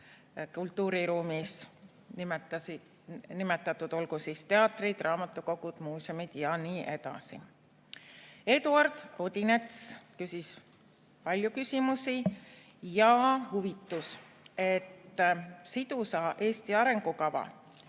kultuuriruumis, nimetatud olgu teatrid, raamatukogud, muuseumid jne. Eduard Odinets küsis palju küsimusi ja huvitus sellest, et sidusa Eesti arengukava